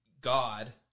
God